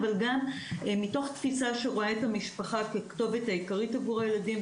אבל גם מתוך תפישה שרואה את המשפחה ככתובת העיקרית עבור הילדים,